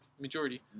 Majority